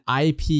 IP